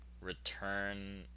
return